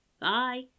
bye